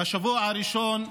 מהשבוע הראשון,